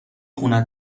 خونه